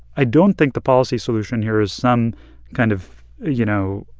i don't think the policy solution here is some kind of, you know,